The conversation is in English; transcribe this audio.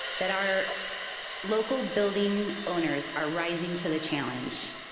that our local building owners are rising to the challenge.